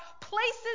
places